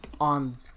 On